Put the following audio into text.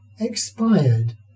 expired